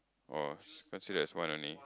oh considered as one only